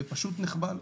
ופשוט נחבל.